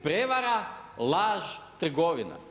Prevara, laž, trgovina.